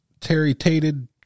terry-tated